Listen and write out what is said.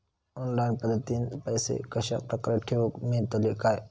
Online पद्धतीन पैसे कश्या प्रकारे ठेऊक मेळतले काय?